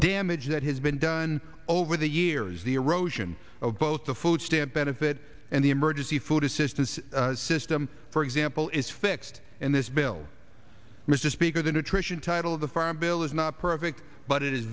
damage that has been done over the years the erosion of both the food stamp benefit and the emergency food assistance system for example is fixed and this bill mr speaker the nutrition title of the farm bill is not perfect but it is